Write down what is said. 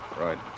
Right